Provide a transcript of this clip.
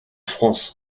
france